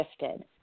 shifted